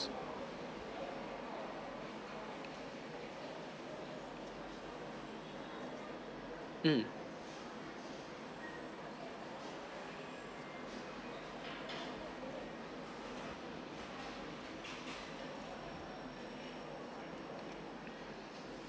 um